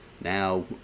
now